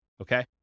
Okay